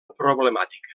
problemàtica